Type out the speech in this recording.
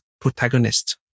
protagonist